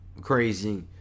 crazy